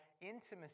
intimacy